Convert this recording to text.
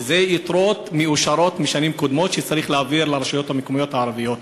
אלה יתרות מאושרות משנים קודמות שצריך להעביר לרשויות המקומיות הערביות.